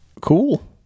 Cool